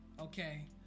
okay